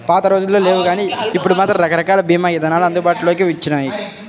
పాతరోజుల్లో లేవుగానీ ఇప్పుడు మాత్రం రకరకాల భీమా ఇదానాలు అందుబాటులోకి వచ్చినియ్యి